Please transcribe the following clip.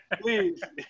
Please